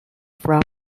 from